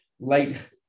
light